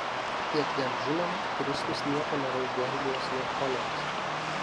kiek jam žinoma kristus nieko nėra išgelbėjęs nuo choleros